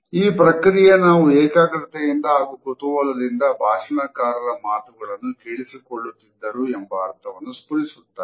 ಈ ಪ್ರಕ್ರಿಯೆ ನಾವು ಏಕಾಗ್ರತೆಯಿಂದ ಹಾಗೂ ಕುತೂಹಲದಿಂದ ಭಾಷಣಕಾರರ ಮಾತುಗಳನ್ನು ಕೇಳಿಸಿಕೊಳ್ಳುತ್ತಿದ್ದರು ಎಂಬ ಅರ್ಥವನ್ನು ಸ್ಫುರಿಸುತ್ತದೆ